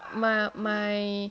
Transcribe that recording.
my my